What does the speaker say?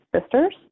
sisters